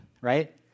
right